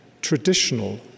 traditional